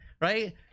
right